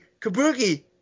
Kabuki